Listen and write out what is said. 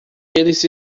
eles